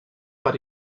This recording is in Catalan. per